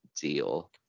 deal